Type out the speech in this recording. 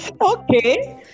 Okay